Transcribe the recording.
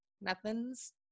nothing's